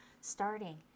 Starting